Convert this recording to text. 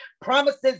promises